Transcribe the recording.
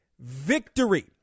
victory